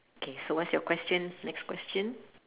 K so what's your question next question